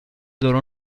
loro